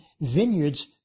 vineyards